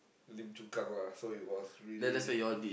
Lim-Chu-Kang lah so it was really